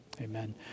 amen